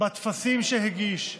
בטפסים שהגיש,